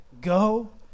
go